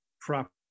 property